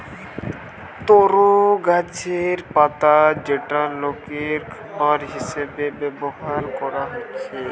তরো গাছের পাতা যেটা লোকের খাবার হিসাবে ব্যভার কোরা হচ্ছে